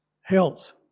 health